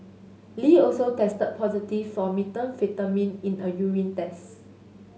Lee also tested positive for methamphetamine in a urine test